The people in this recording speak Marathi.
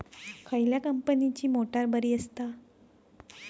खयल्या कंपनीची मोटार बरी असता?